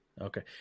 okay